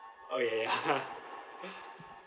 oh ya ya